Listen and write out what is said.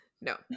No